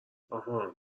آهان